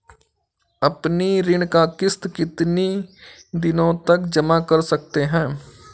अपनी ऋण का किश्त कितनी दिनों तक जमा कर सकते हैं?